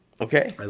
Okay